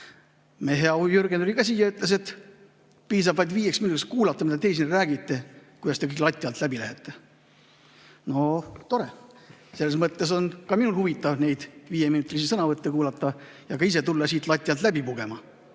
Meie hea Jürgen tuli ka siia ja ütles, et piisab vaid viiest minutist kuulata, mida te siin räägite, kuidas te kõik lati alt läbi lähete. No tore! Selles mõttes on ka minul huvitav neid viieminutilisi sõnavõtte kuulata ja ka ise tulla siit lati alt läbi pugema. Aga